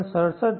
67 છે